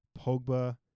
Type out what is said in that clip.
Pogba